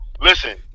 Listen